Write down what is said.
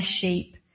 sheep